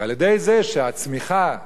ועל-ידי זה שהצמיחה תצמח,